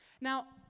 Now